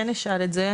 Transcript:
אשאל את זה,